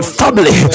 family